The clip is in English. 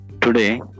Today